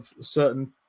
certain